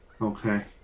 Okay